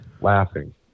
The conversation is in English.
laughing